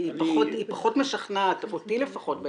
פחות משכנעת אותי לפחות.